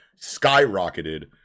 skyrocketed